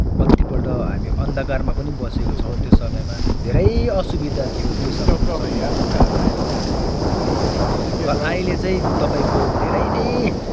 कतिपल्ट हामी अन्धकारमा पनि बसेका छौँ त्यो समयमा धेरै असुविधा थियो त्यो समयको समयको कुराहरूलाई अहिले जाँचेर हेर्दाखेरि है तर अहिले चाहिँ तपाईँको धेरै नै